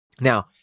Now